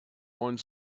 one